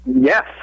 Yes